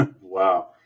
Wow